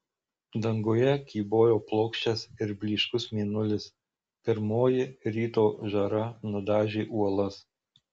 danguje kybojo plokščias ir blyškus mėnulis pirmoji ryto žara nudažė uolas